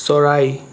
চৰাই